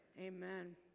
amen